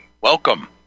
welcome